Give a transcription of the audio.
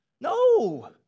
No